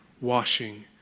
washing